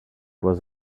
was